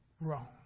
wrong